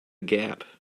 gap